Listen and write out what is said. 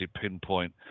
pinpoint